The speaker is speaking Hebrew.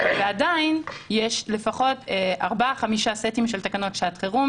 ועדיין יש לפחות ארבעה-חמישה סטים שת תקנות שעת חירום